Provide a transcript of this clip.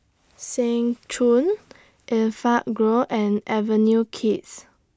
Seng Choon Enfagrow and Avenue Kids